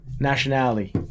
nationality